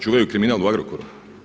Čuvaju kriminal u Agrokoru?